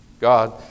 God